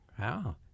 Wow